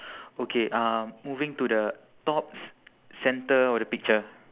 okay uh moving to the top center of the picture